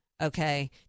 okay